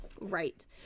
Right